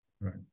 Right